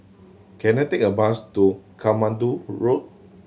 can I take a bus to Katmandu Road